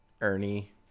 Ernie